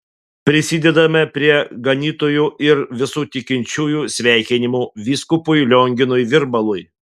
prisidedame prie ganytojų ir visų tikinčiųjų sveikinimų vyskupui lionginui virbalui